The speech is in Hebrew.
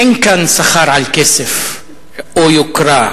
אין כאן מאבק על כסף או יוקרה.